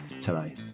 today